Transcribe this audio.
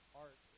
art